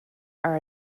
are